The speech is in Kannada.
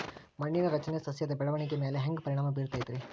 ಮಣ್ಣಿನ ರಚನೆ ಸಸ್ಯದ ಬೆಳವಣಿಗೆ ಮ್ಯಾಲೆ ಹ್ಯಾಂಗ್ ಪರಿಣಾಮ ಬೇರತೈತ್ರಿ?